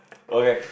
okay